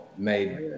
Made